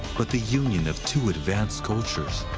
but the union of two advanced cultures.